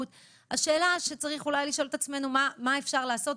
השאלה שאנחנו צריכים לשאול את עצמנו זה מה אפשר לעשות.